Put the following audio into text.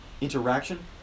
interaction